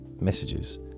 messages